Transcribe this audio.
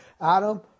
Adam